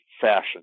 fashion